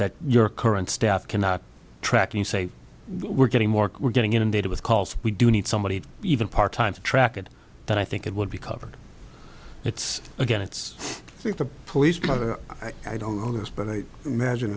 that your current staff cannot track you say we're getting more getting inundated with calls we do need somebody even part time to track it but i think it would be covered it's again it's think the police i don't know this but i imagine